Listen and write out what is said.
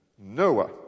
Noah